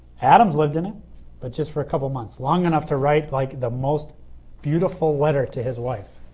adams lived it it but just for a couple months. long enough to write like the most beautiful letter to his wife.